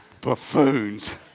buffoons